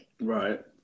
Right